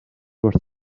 were